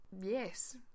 Yes